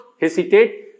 hesitate